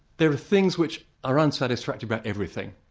there are things which are unsatisfactory about everything,